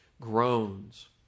groans